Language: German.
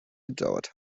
gedauert